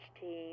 team